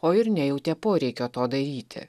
o ir nejautė poreikio to daryti